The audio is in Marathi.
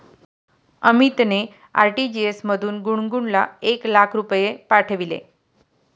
अमितने आर.टी.जी.एस मधून गुणगुनला एक लाख रुपये पाठविले